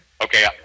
Okay